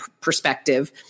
perspective